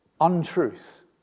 untruth